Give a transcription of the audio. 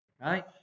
right